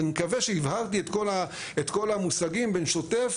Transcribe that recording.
אני מקווה שהבהרתי את כל המושגים בין שוטף,